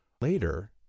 later